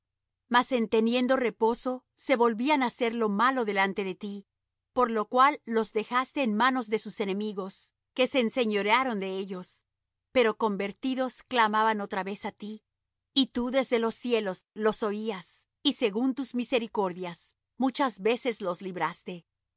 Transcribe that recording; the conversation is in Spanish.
en teniendo reposo se volvían á hacer lo malo delante de ti por lo cual los dejaste en mano de sus enemigos que se enseñorearon de ellos pero convertidos clamaban otra vez á ti y tú desde los cielos los oías y según tus miseraciones muchas veces los libraste